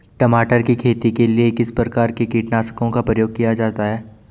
टमाटर की खेती के लिए किस किस प्रकार के कीटनाशकों का प्रयोग किया जाता है?